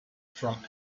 from